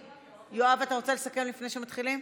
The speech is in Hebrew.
יואב, אתה רוצה לסכם לפני שמתחילים?